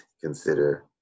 consider